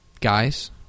guys